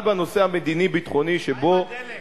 אבל בנושא המדיני-ביטחוני, מה עם הדלק?